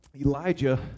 Elijah